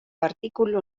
artikulu